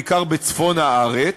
בעיקר בצפון הארץ,